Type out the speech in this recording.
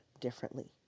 differently